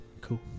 Cool